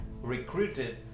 recruited